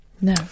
No